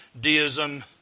Deism